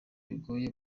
bigoye